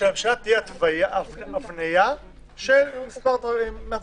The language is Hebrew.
שתהיה הבניה של מספר מדרגות.